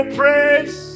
praise